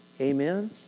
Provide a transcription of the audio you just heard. Amen